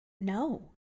No